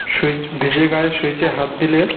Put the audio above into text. switch ভিজে গায়ে সুইচে হাত দিলে